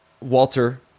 Walter